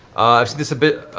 i've seen this a bit.